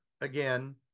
again